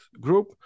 group